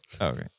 Okay